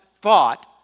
thought